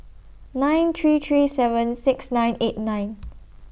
nine three three seven six nine eight nine